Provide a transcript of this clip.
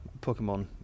Pokemon